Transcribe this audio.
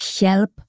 help